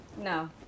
no